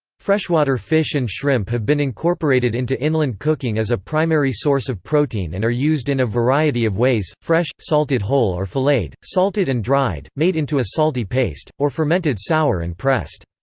freshwater fish and shrimp have been incorporated into inland cooking as a primary source of protein and are used in a variety of ways, fresh, salted whole or filleted, salted and dried, made into a salty paste, or fermented sour and pressed.